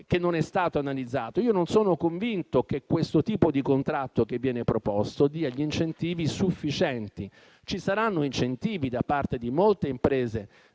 che non è stato analizzato. Io non sono convinto che il tipo di contratto che viene proposto dia gli incentivi sufficienti. Ci saranno incentivi da parte di molte imprese